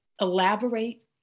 elaborate